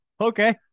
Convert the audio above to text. Okay